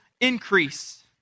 increase